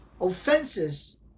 offenses